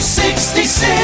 66